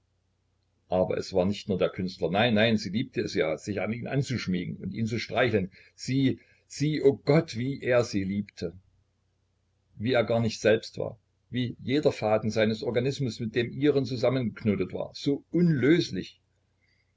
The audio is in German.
aber es war nicht nur der künstler nein nein sie liebte es ja sich an ihn anzuschmiegen und ihn zu streicheln sie sie o gott wie er sie liebte wie er gar nicht selbst war wie jeder faden seines organismus mit dem ihren zusammengeknotet war so unlöslich